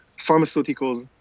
pharmaceuticals,